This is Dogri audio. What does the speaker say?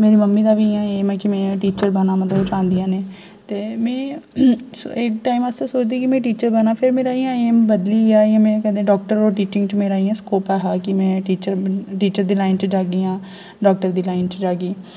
मेरी मम्मी दा बी इ'यै एम ऐ कि में टीचर बना ओह् चाह्ंदियां न ते में इक टाइम अस्तै सोचदी ही कि में टीचर बना फिर मेरा इ'यां एम बदली गेआ में इ'यां डाक्टर और टीचिंग च मेरा इ'यां स्कोप ऐ हां कि में टीचर टीचर दी लाइन च जाह्गियां डाक्टर दी लाइन च जाह्गियां